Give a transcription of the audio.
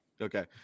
Okay